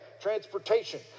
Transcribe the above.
transportation